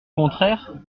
contraire